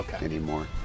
anymore